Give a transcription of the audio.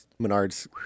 Menards